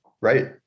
Right